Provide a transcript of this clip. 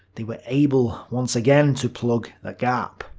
they were able once again to plug the gap.